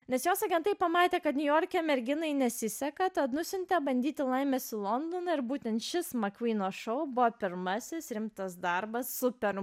nes jos agentai pamatę kad niujorke merginai nesiseka tad nusiuntė bandyti laimės į londoną ir būtent šis makvyno šou buvo pirmasis rimtas darbas super